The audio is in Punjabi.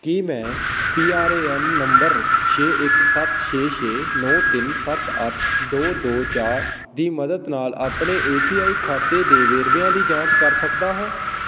ਕੀ ਮੈਂ P R A N number ਛੇ ਇੱਕ ਸੱਤ ਛੇ ਛੇ ਨੌ ਤਿੰਨ ਸੱਤ ਅੱਠ ਦੋ ਦੋ ਚਾਰ ਦੀ ਮਦਦ ਨਾਲ ਆਪਣੇ ਏ ਪੀ ਆਈ ਖਾਤੇ ਦੇ ਵੇਰਵਿਆਂ ਦੀ ਜਾਂਚ ਕਰ ਸਕਦਾ ਹਾਂ